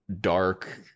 dark